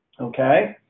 okay